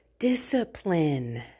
discipline